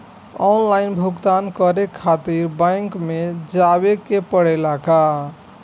Online भुगतान करे के खातिर बैंक मे जवे के पड़ेला का?